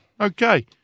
Okay